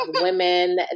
women